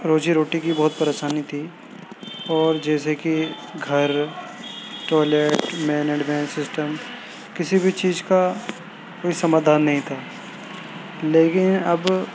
روزی روٹی کی بہت پریشانی تھی اور جیسے کہ گھر ٹوائلیٹ مینیجنگ سسٹم کسی بھی چیز کا کوئی سمادھان نہیں تھا لیکن اب